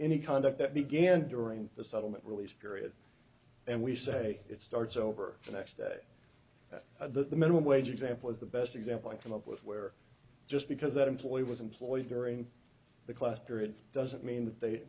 any conduct that began during the settlement release period and we say it starts over the next day at the minimum wage example is the best example i came up with where just because that employee was employed during the class period doesn't mean that they